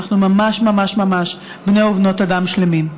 אנחנו ממש ממש ממש בני ובנות אדם שלמים.